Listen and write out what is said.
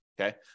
Okay